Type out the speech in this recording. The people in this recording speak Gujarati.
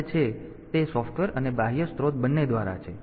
તેથી તે સોફ્ટવેર અને બાહ્ય સ્ત્રોત બંને દ્વારા છે